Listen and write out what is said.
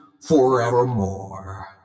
forevermore